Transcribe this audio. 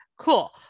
Cool